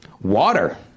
Water